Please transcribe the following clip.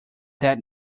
that